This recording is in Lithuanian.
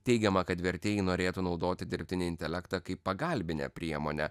teigiama kad vertėjai norėtų naudoti dirbtinį intelektą kaip pagalbinę priemonę